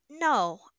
No